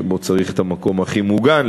שבו צריך את המקום הכי מוגן,